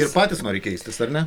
ir patys nori keistis ar ne